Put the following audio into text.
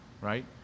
right